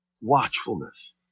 watchfulness